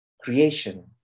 creation